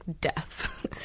death